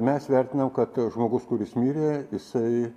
mes vertinam kad žmogus kuris mirė jisai